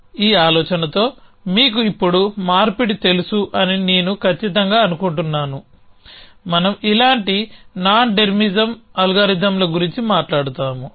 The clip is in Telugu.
ఈ ఆలోచనతో మీకు ఇప్పుడు మార్పిడి తెలుసు అని నేను ఖచ్చితంగా అనుకుంటున్నాను మనం ఇలాంటి నాన్డెర్మిసమ్ అల్గారిథమ్ల గురించి మాట్లాడుతాము